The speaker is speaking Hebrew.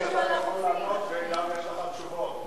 וגם יש לך תשובות,